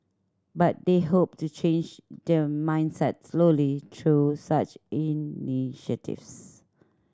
but they hope to change the mindset slowly through such initiatives